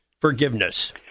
forgiveness